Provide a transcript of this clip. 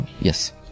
Yes